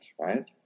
Right